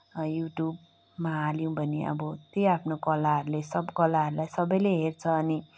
युट्युबमा हाल्यौँ भने अब त्यही आफ्नो कलाहरूले सब कलाहरूलाई सबैले हेर्छन् अनि